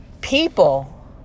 people